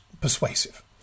persuasive